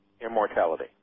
immortality